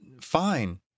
fine